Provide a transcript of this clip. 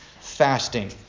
fasting